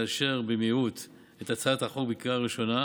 לאשר במהירות את הצעת החוק בקריאה ראשונה,